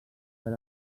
per